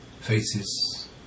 faces